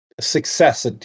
success